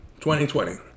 2020